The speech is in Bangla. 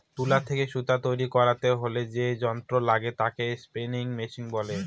তুলা থেকে সুতা তৈরী করতে হলে যে যন্ত্র লাগে তাকে স্পিনিং মেশিন বলে